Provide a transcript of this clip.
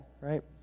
right